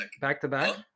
Back-to-back